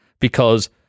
because-